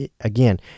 Again